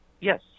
Yes